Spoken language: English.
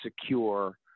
secure